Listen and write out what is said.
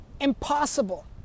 impossible